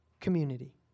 community